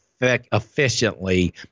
efficiently